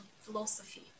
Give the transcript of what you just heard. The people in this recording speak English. philosophy